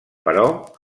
però